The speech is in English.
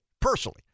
personally